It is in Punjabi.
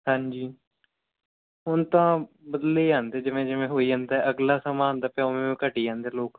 ਹਾਂਜੀ ਹੁਣ ਤਾਂ ਬਦਲੀ ਜਾਂਦੇ ਜਿਵੇਂ ਜਿਵੇਂ ਹੋਈ ਜਾਂਦਾ ਅਗਲਾ ਸਮਾਂ ਆਉਂਦਾ ਪਿਆ ਓਵੇਂ ਓਵੇਂ ਘਟੀ ਜਾਂਦੇ ਲੋਕ